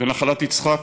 בנחלת יצחק.